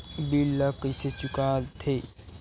bill ला कइसे चुका थे